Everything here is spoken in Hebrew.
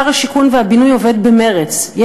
שר השיכון והבינוי עובד במרץ.